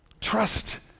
Trust